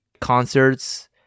concerts